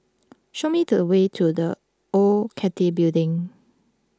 show me the way to the Old Cathay Building